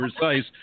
precise